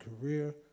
career